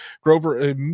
Grover